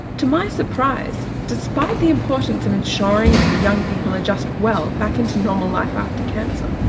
to my surprise, despite the importance of ensuring that young people adjust well back into normal life after cancer,